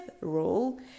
rule